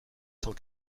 cent